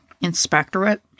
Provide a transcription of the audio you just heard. inspectorate